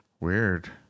Weird